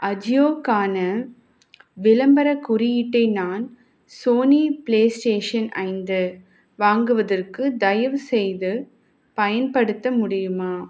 அஜியோக்கான விளம்பரக் குறியீட்டை நான் சோனி பிளேஸ்டேஷன் ஐந்து வாங்குவதற்கு தயவுசெய்து பயன்படுத்த முடியுமா